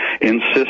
insist